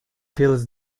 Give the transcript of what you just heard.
pills